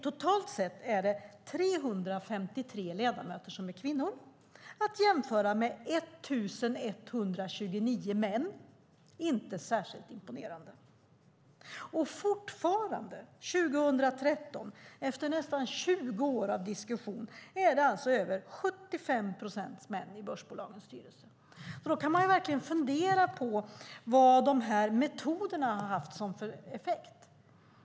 Totalt sett är 353 ledamöter kvinnor. Det kan jämföras med 1 129 män. Det är inte särskilt imponerande. År 2013, efter nästan 20 år av diskussioner, är det alltså fortfarande över 75 procent män i börsbolagens styrelser. Man kan fundera på vilken effekt de här metoderna har haft.